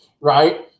right